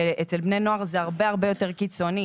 ואצל בני נוער זה הרבה יותר קיצוני.